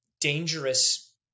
dangerous